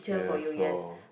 yes lor